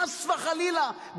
חס וחלילה,